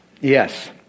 Yes